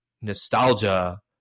nostalgia